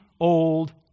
old